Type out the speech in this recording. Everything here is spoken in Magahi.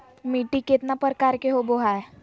मिट्टी केतना प्रकार के होबो हाय?